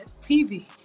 TV